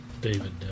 David